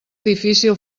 difícil